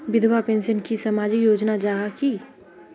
विधवा पेंशन की सामाजिक योजना जाहा की?